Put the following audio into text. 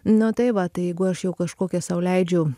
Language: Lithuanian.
nu tai va tai jeigu aš jau kažkokią sau leidžiu